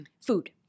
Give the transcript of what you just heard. Food